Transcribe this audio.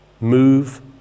move